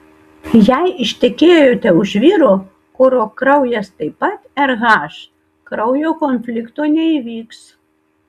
jei ištekėjote už vyro kurio kraujas taip pat rh kraujo konflikto neįvyks